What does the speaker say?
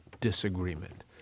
disagreement